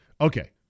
Okay